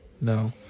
No